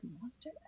monster